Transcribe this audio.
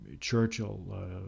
Churchill